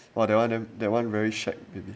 !wah! that one very shag baby